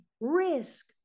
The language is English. risk